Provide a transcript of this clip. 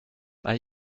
bei